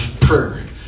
prayer